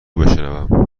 بشنوم